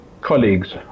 colleagues